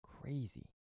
Crazy